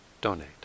donate